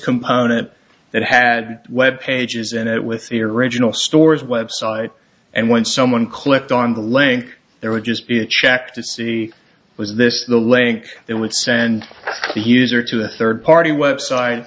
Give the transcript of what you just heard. component that had web pages in it with the original store's website and when someone clicked on the link there would just be a check to see was this the link that would send the user to a third party website